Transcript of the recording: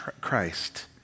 Christ